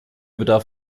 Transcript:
bedarf